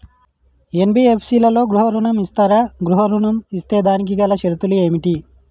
NBFC లలో గృహ ఋణం ఇస్తరా? గృహ ఋణం ఇస్తే దానికి గల షరతులు ఏమిటి?